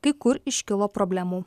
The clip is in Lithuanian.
kai kur iškilo problemų